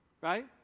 Right